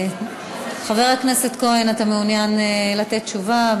חבר הכנסת כהן, אתה מעוניין לתת תשובה?